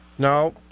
No